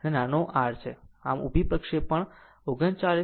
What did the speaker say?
તો આ નાનો r છે અને આ માટે ઉભી પ્રક્ષેપણ 39